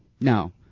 No